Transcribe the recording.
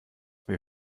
wir